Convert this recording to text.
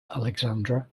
alexandra